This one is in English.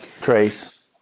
Trace